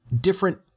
different